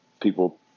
people